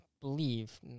believe